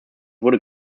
wurde